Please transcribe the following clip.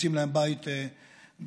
ומוצאים להם בית חם.